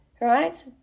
right